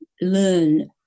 learn